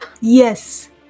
Yes